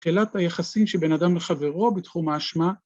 שאלת היחסים שבין אדם לחברו בתחום האשמה